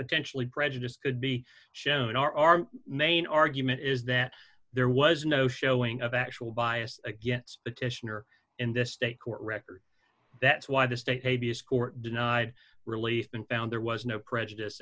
potentially prejudice could be shown or our main argument is that there was no showing of actual bias against petitioner in this state court record that's why the status court denied relief been found there was no prejudice